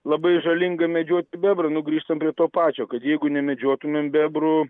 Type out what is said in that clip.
labai žalinga medžioti bebrą nu grįžtam prie to pačio kad jeigu nemedžiotumėm bebrų